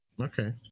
okay